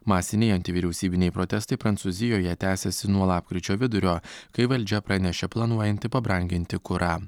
masiniai antivyriausybiniai protestai prancūzijoje tęsiasi nuo lapkričio vidurio kai valdžia pranešė planuojanti pabranginti kurą